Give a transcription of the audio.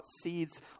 seeds